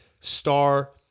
star